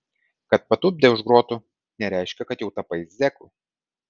kad patupdė už grotų nereiškia kad jau tapai zeku